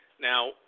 now